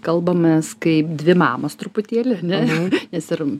kalbamės kaip dvi mamos truputėlį ane nes ir